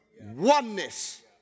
oneness